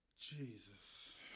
Jesus